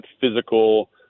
physical